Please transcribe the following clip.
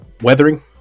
weathering